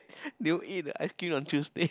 do you eat ice cream on Tuesday